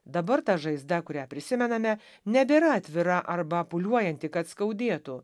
dabar ta žaizda kurią prisimename nebėra atvira arba pūliuojanti kad skaudėtų